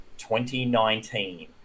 2019